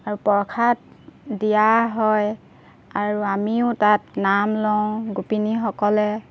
আৰু প্ৰসাদ দিয়া হয় আৰু আমিও তাত নাম লওঁ গোপিনীসকলে